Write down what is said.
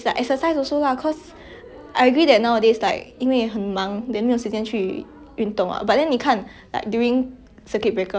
like during circuit breaker 很多人去运动 yeah I think it's really because of time you know time and our lifestyle it's like